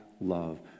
love